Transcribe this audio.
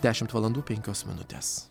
dešimt valandų penkios minutės